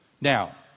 Now